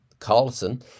Carlson